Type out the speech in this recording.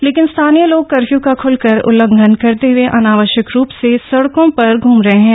लेकिन स्थानीय लोग कर्फ्यू का खुलकर उल्लंघन करते हुए अनावश्यक रूप से सड़कों पर घूम रहे है